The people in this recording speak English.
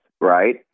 right